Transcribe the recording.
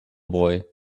boy